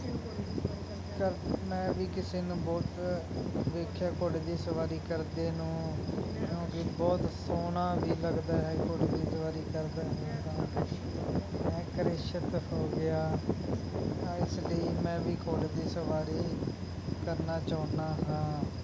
ਮੈਂ ਵੀ ਕਿਸੇ ਨੂੰ ਬਹੁਤ ਦੇਖਿਆ ਘੋੜੇ ਦੀ ਸਵਾਰੀ ਕਰਦੇ ਨੂੰ ਕਿਉਂਕਿ ਬਹੁਤ ਸੋਹਣਾ ਵੀ ਲੱਗਦਾ ਹੈ ਘੋੜੇ ਦੀ ਸਵਾਰੀ ਕਰਦਾ ਹੈ ਤਾਂ ਮੈਂ ਆਕਰਸ਼ਿਤ ਹੋ ਗਿਆ ਤਾਂ ਇਸ ਲਈ ਮੈਂ ਵੀ ਘੋੜੇ ਦੀ ਸਵਾਰੀ ਕਰਨਾ ਚਾਹੁੰਦਾ ਹਾਂ